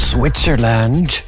Switzerland